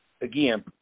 Again